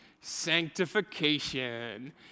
Sanctification